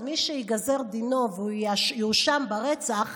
מי שייגזר דינו והוא יואשם ברצח,